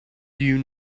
you